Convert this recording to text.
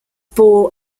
bore